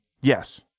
yes